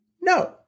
No